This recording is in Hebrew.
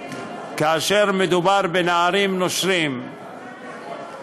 כאשר מדובר בנערים נושרים, אתה צודק.